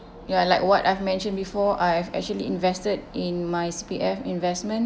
ya like what I've mentioned before I have actually invested in my C_P_F investment